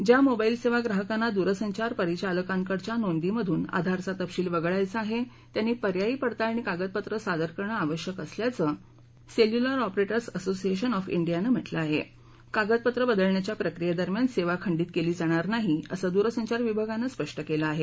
ज्या मोबाईल सेवा ग्राहकांना दुरसंचार परिचालकांकडच्या नोंदीमधून आधारचा तपशील वगळायचा आहे त्यांनी पर्यायी पडताळणी कागदपत्रं सादर करणं आवश्यक असल्याचं सेल्यूलर ऑपरेटर्स असोसिएशन ऑफ प्रक्रियेदरम्यान सेवा खंडित केली जाणार नाही असं द्रसंचार विभागानं स्पष्ट केलं आहे